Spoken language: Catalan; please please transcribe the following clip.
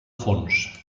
fons